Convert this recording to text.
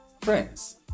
Friends